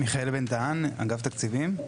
מיכאל בן דהן אגף תקציבים.